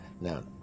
now